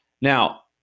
Now